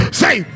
say